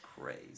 crazy